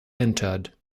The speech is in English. entered